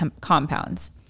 compounds